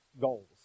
goals